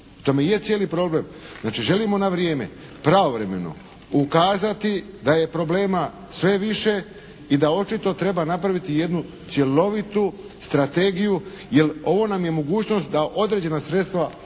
tome je cijeli problem. Znači, želimo na vrijeme, pravovremeno ukazati da je problema sve više i da očito treba napraviti jednu cjelovitu strategiju jer ovo nam je mogućnost da određena sredstva povučemo